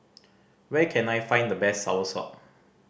where can I find the best soursop